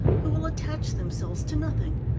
who will attach themselves to nothing,